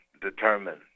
determined